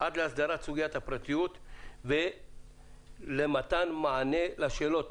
עד להסדרת סוגיית הפרטיות ולמתן מענה לשאלות.